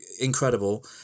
incredible